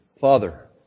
Father